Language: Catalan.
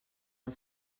del